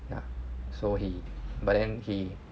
ya so he but then he